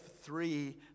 three